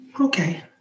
Okay